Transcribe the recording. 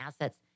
assets